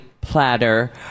platter